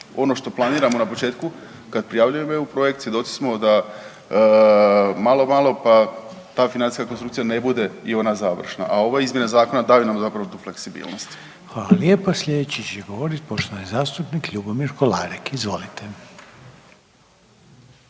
Ono što planiramo na početku kad prijavljujemo eu projekcije svjedoci smo da malo, malo pa ta financijska konstrukcija ne bude i ona završna, a ova izmjena zakona daje nam zapravo tu fleksibilnost. **Reiner, Željko (HDZ)** Hvala lijepo. Sljedeći će govorit poštovani zastupnik Ljubomir Kolarek. Izvolite.